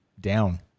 down